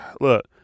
look